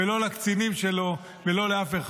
מאיפה כולכם אומרים, המילה החדשה שלכם, בית העם.